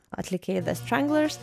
atlikėjai the stranglers